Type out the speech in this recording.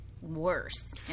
worse